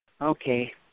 okay